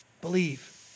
Believe